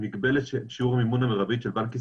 מגבלת של שיעור מימון מרבית של בנק ישראל,